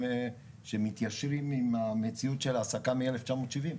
שמתיישרים עם המציאות של העסקה מ-1970.